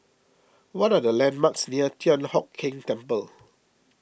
what are the landmarks near Thian Hock Keng Temple